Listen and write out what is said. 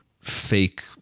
fake